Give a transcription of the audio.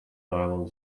nylon